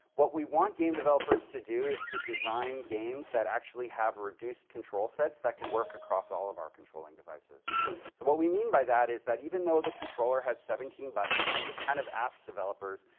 what we want game developers to do is to design games that actually have reduced control sets that can work across all of our controlling devices, so what we mean by that is even though the controller has seventeen buttons, we just kind of asked developers,